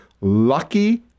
lucky